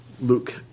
Luke